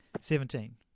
seventeen